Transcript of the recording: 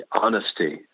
honesty